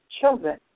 children